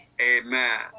Amen